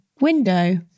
window